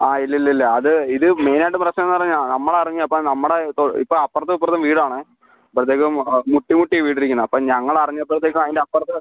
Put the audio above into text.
ആ ഇല്ല ഇല്ല ഇല്ല അത് ഇത് മെയിൻ ആയിട്ട് പ്രശ്നം പറഞ്ഞാൽ നമ്മൾ അറിഞ്ഞു അപ്പോൾ നമ്മുടെ ഇപ്പോൾ ഇപ്പോൾ അപ്പുറത്തും ഇപ്പുറത്തും വീടാണേ അപ്പോഴത്തേക്കും ആ മുട്ടി മുട്ടി വീട് ഇരിക്കുന്നത് അപ്പോൾ ഞങ്ങൾ അറിഞ്ഞപ്പോഴത്തേക്കും അതിൻ്റെ അപ്പുറത്ത്